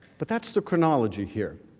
but that's the chronology here